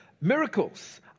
Miracles